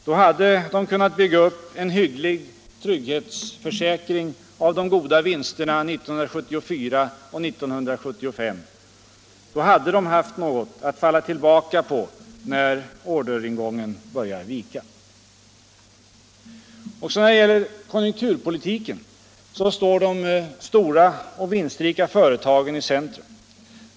Då hade de kunnat bygga upp en hygglig trygghetsförsäkring av de goda vinsterna 1974 och 1975; då hade de haft något att falla tillbaka på när orderingången börjar vika. Också när det gäller konjunkturpolitiken står de stora och vinstrika företagen i centrum.